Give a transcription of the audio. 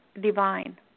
divine